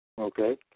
Okay